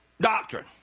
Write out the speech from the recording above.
doctrine